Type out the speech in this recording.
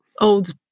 old